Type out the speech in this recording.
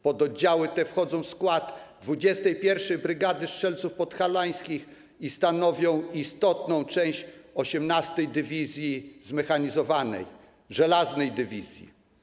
Pododdziały te wchodzą w skład 21. Brygady Strzelców Podhalańskich i stanowią istotną część 18. Dywizji Zmechanizowanej - Żelaznej Dywizji.